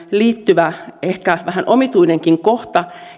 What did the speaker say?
liittyvä ehkä vähän omituinenkin kohta